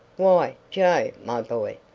why, joe, my boy,